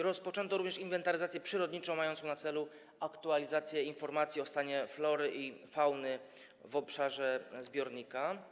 Rozpoczęto również inwentaryzację przyrodniczą mającą na celu aktualizację informacji o stanie flory i fauny na obszarze zbiornika.